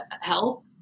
Help